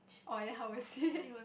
oh and then how was it